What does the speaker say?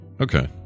Okay